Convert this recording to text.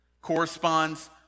corresponds